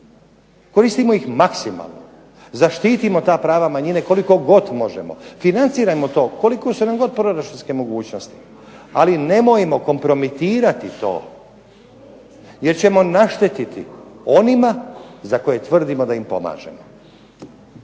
koristimo ih maksimalno, zaštitimo ta prava manjine koliko god možemo, financirajmo to koliko su nam god proračunske mogućnosti. Ali nemojmo kompromitirati to jer ćemo naštetiti onima za koje tvrdimo da im pomažemo.